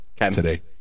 today